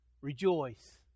Rejoice